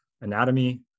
anatomy